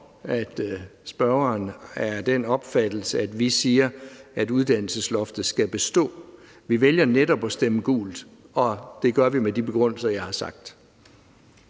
om spørgeren er af den opfattelse, at vi siger, at uddannelsesloftet skal bestå. Vi vælger netop at stemme gult, og det gør vi med de begrundelser, jeg har givet.